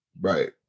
Right